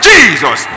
Jesus